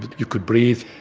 you could breathe.